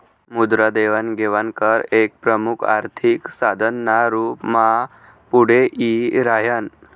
मुद्रा देवाण घेवाण कर एक प्रमुख आर्थिक साधन ना रूप मा पुढे यी राह्यनं